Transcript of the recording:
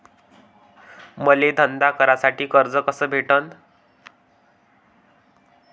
मले धंदा करासाठी कर्ज कस भेटन?